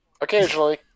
Occasionally